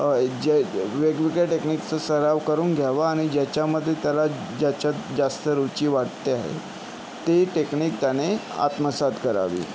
एक जे वेगवेगळ्या टेक्निकचा सराव करून घ्यावा आणि ज्याच्यामध्ये त्याला ज्याच्यात जास्त रुची वाटते आहे ते टेक्निक त्याने आत्मसात करावी